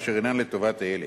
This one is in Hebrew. אשר אינן לטובת הילד.